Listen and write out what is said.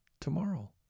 tomorrow